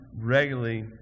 regularly